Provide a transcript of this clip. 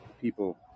people